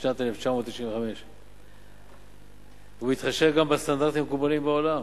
משנת 1995 ובהתחשב גם בסטנדרטים המקובלים בעולם,